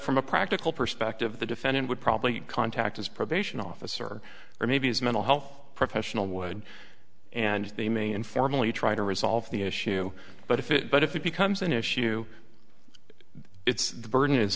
from a practical perspective the defendant would probably contact his probation officer or maybe his mental health professional would and they may informally try to resolve the issue but if it but if it becomes an issue it's the burden is